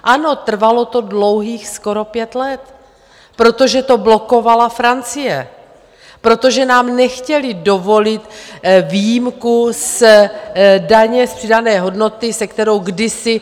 Ano, trvalo to dlouhých skoro pět let, protože to blokovala Francie, protože nám nechtěli dovolit výjimku z daně z přidané hodnoty, se kterou kdysi...